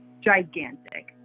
gigantic